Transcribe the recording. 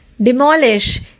demolish